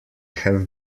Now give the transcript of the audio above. have